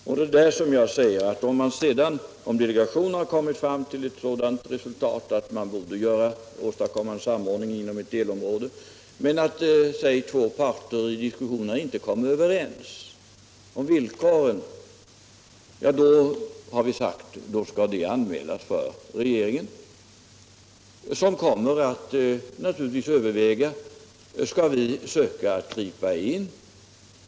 Det är på den punkten jag säger att om delegationen kommer fram till att man borde åstadkomma en samordning inom ett delområde men två parter i diskussionerna inte kommer överens om villkoren, då skall det anmälas för regeringen, och vi kommer naturligtvis att överväga om vi skall söka gripa in.